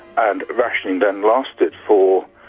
and rationing then lasted for.